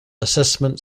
assessment